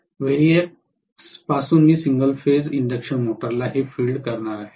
व्हेरिएक्सपासून मी single phase induction मोटरला हे फीड करणार आहे